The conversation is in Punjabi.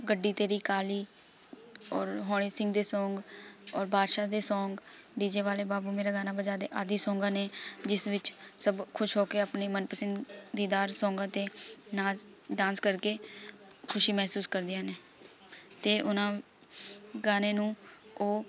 ਗੱਡੀ ਤੇਰੀ ਕਾਲੀ ਔਰ ਹਨੀ ਸਿੰਘ ਦੇ ਸੌਂਗ ਔਰ ਬਾਦਸ਼ਾਹ ਦੇ ਸੌਂਗ ਡੀ ਜੇ ਵਾਲੇ ਬਾਬੂ ਮੇਰਾ ਗਾਣਾ ਬਜਾ ਦੇ ਆਦਿ ਸੌਂਗਾਂ ਨੇ ਜਿਸ ਵਿੱਚ ਸਭ ਖੁਸ਼ ਹੋ ਕੇ ਆਪਣੀ ਮਨਪਸੰਦ ਦੀ ਦਾਰ ਸੌਂਗਾਂ 'ਤੇ ਨਾਚ ਡਾਂਸ ਕਰਕੇ ਖੁਸ਼ੀ ਮਹਿਸੂਸ ਕਰਦੀਆਂ ਨੇ ਅਤੇ ਉਹਨਾਂ ਗਾਣੇ ਨੂੰ ਉਹ